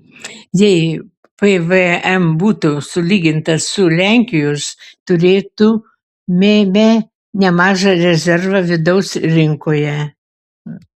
jei pvm būtų sulygintas su lenkijos turėtumėme nemažą rezervą vidaus rinkoje